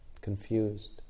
confused